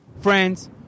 Friends